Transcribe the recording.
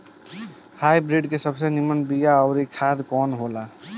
Hybrid के सबसे नीमन बीया अउर खाद कवन हो ला?